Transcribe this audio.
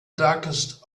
darkest